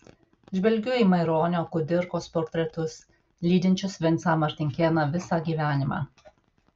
žvelgiu į maironio kudirkos portretus lydinčius vincą martinkėną visą gyvenimą